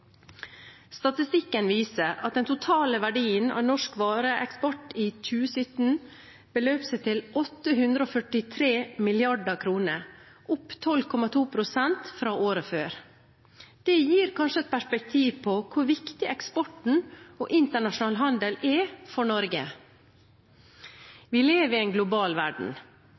Statistikken viser at den totale verdien av norsk vareeksport i 2017 beløp seg til 843 mrd. kr, opp 12,2 pst. fra året før. Det gir kanskje et perspektiv på hvor viktig eksport og internasjonal handel er for Norge. Vi lever i en global verden.